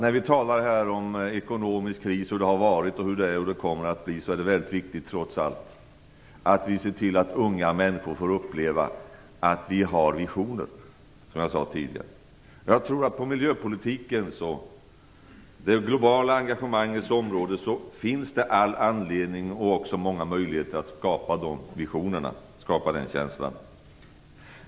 När vi talar om ekonomisk kris, hur det har varit och hur det kommer att bli, är det väldigt viktigt att vi ser till att unga människor får uppleva att vi har visioner. Jag tror att det på miljöpolitikens och det globala engagemangets område finns all anledning och många möjligheter att skapa visioner.